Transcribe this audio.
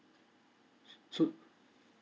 s~ so